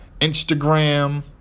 Instagram